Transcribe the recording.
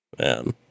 man